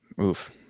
Oof